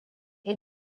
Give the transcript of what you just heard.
est